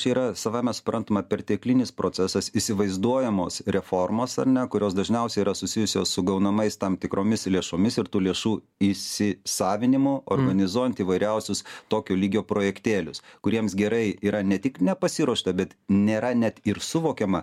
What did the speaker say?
čia yra savaime suprantama perteklinis procesas įsivaizduojamos reformos ar ne kurios dažniausiai yra susijusios su gaunamais tam tikromis lėšomis ir tų lėšų įsisavinimu organizuojant įvairiausius tokio lygio projektėlius kuriems gerai yra ne tik nepasiruošta bet nėra net ir suvokiama